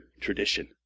tradition